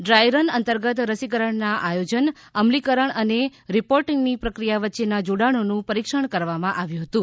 dry run અંતર્ગત રસીકરણના આયોજન અમલીકરણ અને રિર્પોટીંગની પ્રક્રિયા વચ્ચેના જોડાણોનુ પરીક્ષણ કરવામાં આવ્યુ હતુ